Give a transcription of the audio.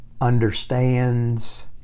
understands